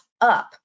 up